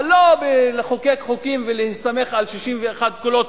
אבל לא לחוקק חוקים ולהסתמך על 61 קולות,